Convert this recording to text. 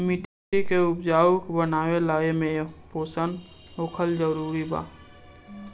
माटी के उपजाऊ बनावे ला एमे पोषण होखल जरूरी बा